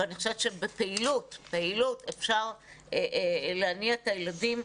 אבל אני חושבת שבנושא של הפעילות אפשר להניע את הילדים.